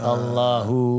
Allahu